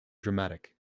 dramatic